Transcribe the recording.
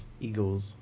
Eagles